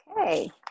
Okay